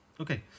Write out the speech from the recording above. Okay